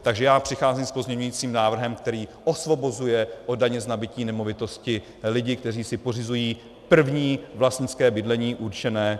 Takže já přicházím s pozměňujícím návrhem, který osvobozuje od daně z nabytí nemovitosti lidi, kteří si pořizují první vlastnické bydlení určené...